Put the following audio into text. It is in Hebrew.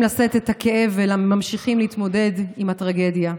לשאת את הכאב וממשיכים להתמודד עם הטרגדיה.